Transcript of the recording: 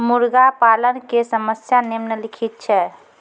मुर्गा पालन के समस्या निम्नलिखित छै